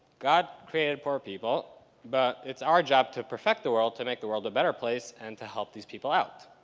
god created poor people but it's our job to perfect the world to make the world a better place, and to help these people out.